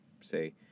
say